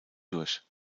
durch